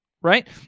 right